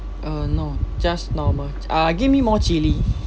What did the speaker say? uh no just normal uh give me more chilli